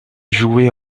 jouer